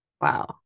Wow